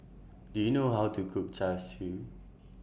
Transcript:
Do YOU know How to Cook Char Siu